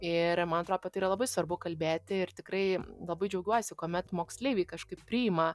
ir man atrodo apie tai yra labai svarbu kalbėti ir tikrai labai džiaugiuosi kuomet moksleiviai kažkaip priima